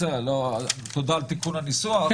תודה על תיקון הניסוח.